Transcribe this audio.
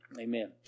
Amen